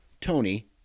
Tony